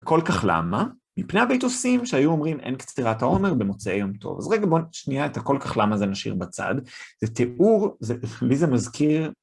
כל כך למה? מפני הבייתוסים שהיו אומרים אין קצירת העומר במוצאי יום טוב. אז רגע בואו שניה את הכל כך למה זה נשאיר בצד, זה תיאור, לי זה מזכיר...